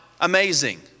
amazing